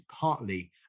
partly